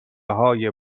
های